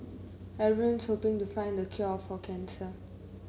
everyone's to been to find the cure of for cancer